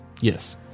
Yes